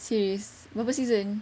series berapa season